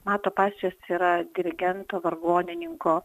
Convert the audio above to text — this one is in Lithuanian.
mato pasijos yra dirigento vargonininko